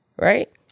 right